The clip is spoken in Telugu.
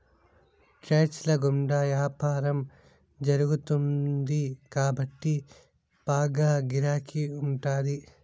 ట్రేడ్స్ ల గుండా యాపారం జరుగుతుంది కాబట్టి బాగా గిరాకీ ఉంటాది